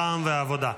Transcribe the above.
רע"מ והעבודה.